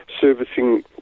servicing